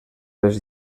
les